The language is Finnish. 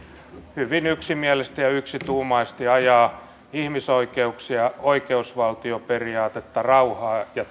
hyvin yksimielisesti ja yksituumaisesti ajaa ihmisoikeuksia oikeusvaltioperiaatetta rauhaa ja